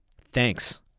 thanks